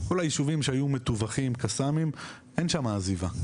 כל היישובים שהיו מתווכים בקסאמים אין שם עזיבה,